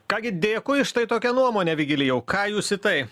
ką gi dėkui štai tokia nuomonė vigilijau ką jūs į tai